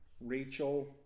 Rachel